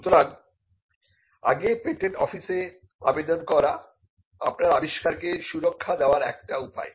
সুতরাং আগে পেটেন্ট অফিসে আবেদন করা আপনার আবিষ্কার কে সুরক্ষা দেবার একটি উপায়